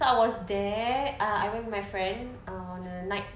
so I was there uh I went with my friend on a night